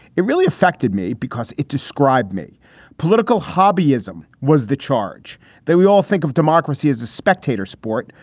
it really affected me because it described me political hobby ism was the charge that we all think of democracy as a spectator sport,